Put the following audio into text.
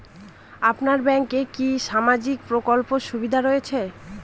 আপনার ব্যাংকে কি সামাজিক প্রকল্পের সুবিধা রয়েছে?